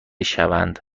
شوند